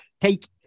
take